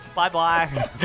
Bye-bye